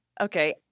Okay